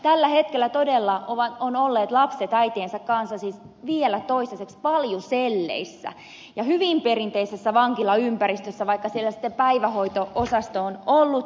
tällä hetkellä todella ovat lapset olleet äitiensä kanssa siis vielä toistaiseksi paljuselleissä ja hyvin perinteisessä vankilaympäristössä vaikka siellä sitten päivähoito osasto on ollutkin